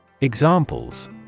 Examples